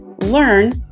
learn